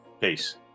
Peace